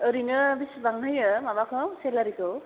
ओरैनो बेसेबां होयो माबाखौ सेलारिखौ